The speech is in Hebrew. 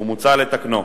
ומוצע לתקנו.